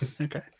okay